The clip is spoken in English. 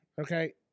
Okay